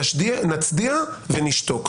נצדיע ונשתוק.